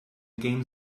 gain